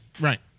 right